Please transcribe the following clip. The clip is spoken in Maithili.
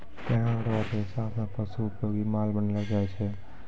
पेड़ रो रेशा से पशु उपयोगी माल बनैलो जाय छै